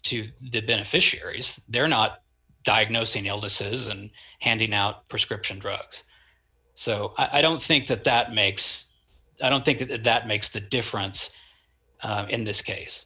the beneficiaries they're not diagnosing illnesses and handing out prescription drugs so i don't think that that makes i don't think that that makes the difference in this case